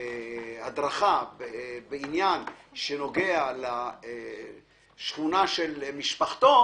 הדרכה בנוגע לשכונה של משפחתו,